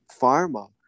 pharma